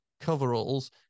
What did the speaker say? coveralls